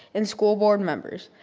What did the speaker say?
and school board members.